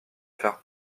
faire